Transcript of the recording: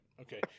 Okay